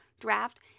draft